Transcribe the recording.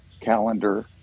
calendar